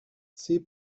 see